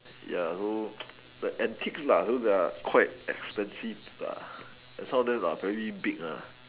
ya so the antique so there are like expensive and some of them are very big